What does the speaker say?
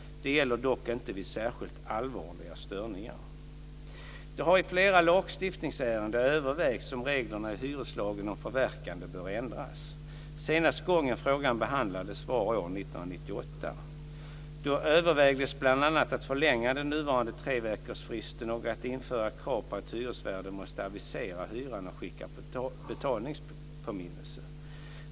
Detta gäller dock inte vid särskilt allvarliga störningar. Det har i flera lagstiftningsärenden övervägts om reglerna i hyreslagen om förverkande bör ändras. Senaste gången frågan behandlades var år 1998. Då övervägdes bl.a. att förlänga den nuvarande treveckorsfristen och att införa krav på att hyresvärden måste avisera hyran och skicka betalningspåminnelse.